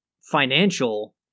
financial